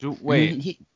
Wait